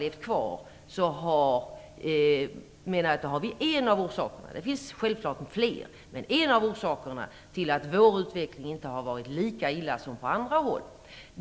Det finns självklart fler, men här har vi en av orsakerna till att det hos oss inte har blivit lika illa som på andra håll.